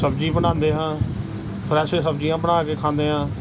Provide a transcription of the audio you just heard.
ਸਬਜ਼ੀ ਬਣਾਉਂਦੇ ਹਾਂ ਫਰੈੱਸ਼ ਸਬਜ਼ੀਆਂ ਬਣਾ ਕੇ ਖਾਂਦੇ ਹਾਂ